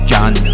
John